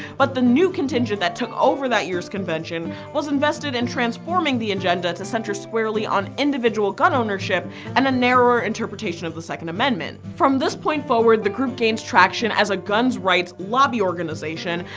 but the new contingent that took over that year's convention was invested in transforming the agenda to center squarely on individual gun ownership and a narrower interpretation of the second amendment. from this point forward the group gains traction as a gun's rights lobby organization,